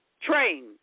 Train